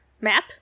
map